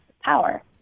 power